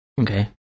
Okay